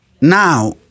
now